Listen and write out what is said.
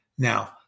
Now